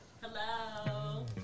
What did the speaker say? Hello